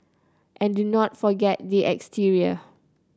and do not forget the exterior